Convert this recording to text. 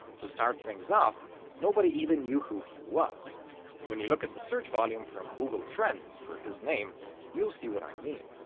to start things off nobody even knew who he was when you look at the search volume from google trends for his name you'll see what i mean.